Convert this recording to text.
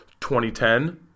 2010